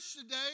today